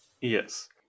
yes